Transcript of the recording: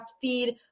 feed